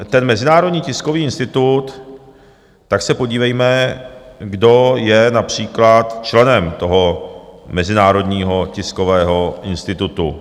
Ten Mezinárodní tiskový institut, tak se podívejme, kdo je například členem toho Mezinárodního tiskového institutu.